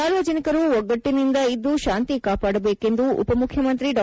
ಸಾರ್ವಜನಿಕರು ಒಗ್ಗಟ್ಟನಿಂದ ಶಾಂತಿ ಕಾಪಾಡಬೇಕೆಂದು ಉಪಮುಖ್ಯಮಂತ್ರಿ ಡಾ